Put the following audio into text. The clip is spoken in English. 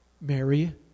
Mary